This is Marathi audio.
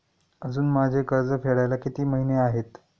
अजुन माझे कर्ज फेडायला किती महिने आहेत?